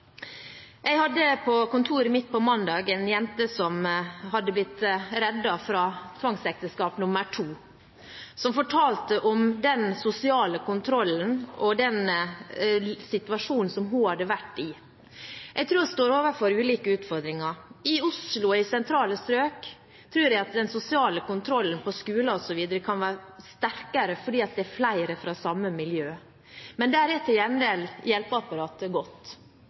Jeg hadde på kontoret mitt på mandag en jente som hadde blitt reddet fra tvangsekteskap nr. 2, som fortalte om den sosiale kontrollen og situasjonen som hun hadde vært i. Jeg tror vi står overfor ulike utfordringer. I Oslo, i sentrale strøk, tror jeg at den sosiale kontrollen på skoler osv. kan være sterkere fordi det er flere fra samme miljø. Men der er til gjengjeld hjelpeapparatet godt.